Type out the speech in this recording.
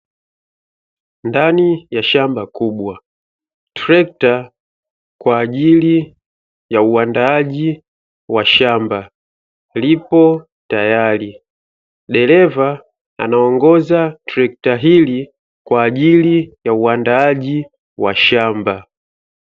Ndani ya shamba kubwa trekta kwa ajili ya uandaaji wa shamba, lipo tayari. Dereva anaongoza trekta hili kwa ajili ya uandaaji wa shamba.